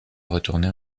retourner